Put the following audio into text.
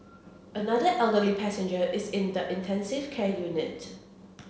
another elderly passenger is in the intensive care unit